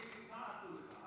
תגיד לי, מה עשו לך?